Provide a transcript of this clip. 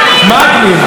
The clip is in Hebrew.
אתה מגניב?